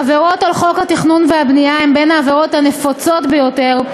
עבירות על חוק התכנון והבנייה הן בין העבירות הנפוצות ביותר,